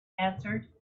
answered